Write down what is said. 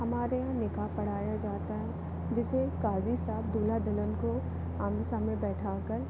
हमारे यहाँ निकाह पढ़ाया जाता है जिसे काज़ी साहब दुल्हा दुल्हन को आमने सामने बैठाकर